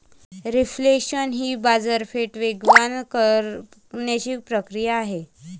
reflation ही बाजारपेठ वेगवान करण्याची प्रक्रिया आहे